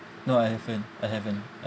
no I haven't I haven't